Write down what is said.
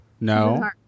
No